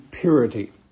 purity